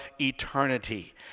eternity